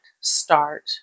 start